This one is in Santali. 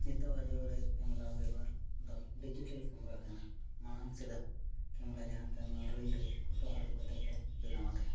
ᱱᱤᱛᱚᱜᱟᱜ ᱡᱩᱜᱽ ᱨᱮ ᱠᱮᱢᱮᱨᱟ ᱵᱮᱵᱷᱟᱨ ᱫᱚ ᱰᱤᱡᱤᱴᱮᱞ ᱠᱮᱢᱨᱟ ᱠᱟᱱᱟ ᱢᱟᱲᱟᱝ ᱥᱮᱫᱟᱜ ᱠᱮᱢᱨᱟ ᱡᱟᱦᱟᱸ ᱛᱟᱦᱮᱸ ᱚᱱᱟ ᱨᱤᱞ ᱨᱮ ᱯᱷᱳᱴᱳ ᱟᱹᱨᱩᱵ ᱠᱟᱛᱮᱫ ᱠᱚ ᱵᱮᱱᱟᱣᱟ ᱛᱟᱦᱮᱱᱟ